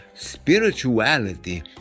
Spirituality